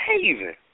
haven